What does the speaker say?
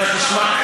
אתה תשמע,